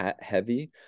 heavy